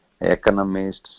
economists